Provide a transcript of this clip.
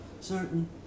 certain